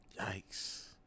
Yikes